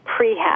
prehab